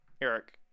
Eric